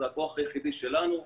זה הכוח היחידי שלנו.